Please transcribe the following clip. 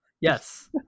Yes